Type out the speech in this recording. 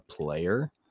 player